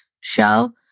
show